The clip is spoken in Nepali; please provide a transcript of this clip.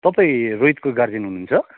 तपाईँ रोहितको गार्जेन हुनुहुन्छ